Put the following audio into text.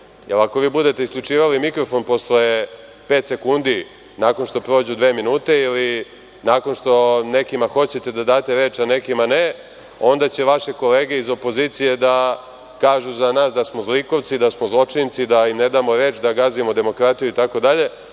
ako vi budete isključivali mikrofon posle pet sekundi nakon što prođu dve minute ili nakon što nekima hoćete da date reč, a nekima ne, onda će vaše kolege iz opozicije da kažu za nas da smo zlikovci, da smo zločinci, da im ne damo reč, da gazimo demokratiju itd,